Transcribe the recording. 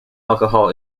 alcohol